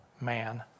man